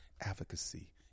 advocacy